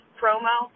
promo